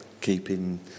keeping